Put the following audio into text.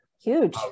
Huge